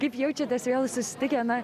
kaip jaučiatės vėl susitikę na